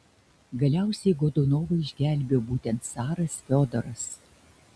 galiausiai godunovą išgelbėjo būtent caras fiodoras